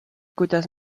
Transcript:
kuidas